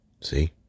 See